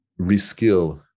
reskill